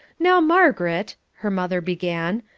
now, margaret, her mother began,